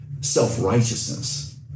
self-righteousness